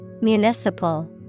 Municipal